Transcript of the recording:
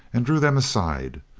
and drew them aside.